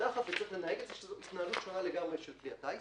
וצריך לנהג את זה וזו התנהלות שונה לגמרי של כלי הטיס.